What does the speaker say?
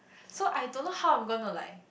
so I don't know how I'm gonna like